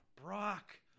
Brock